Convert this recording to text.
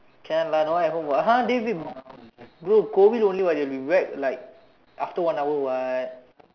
can lah no one at home [what] !huh! they'll be go go only [what] they'll be back after like one hour [what]